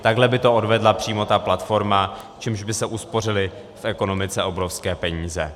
Takhle by to odvedla přímo ta platforma, čímž by se uspořily v ekonomice obrovské peníze.